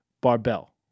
Barbell